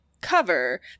cover